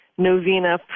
Novena